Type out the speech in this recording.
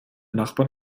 nachbarn